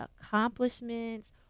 accomplishments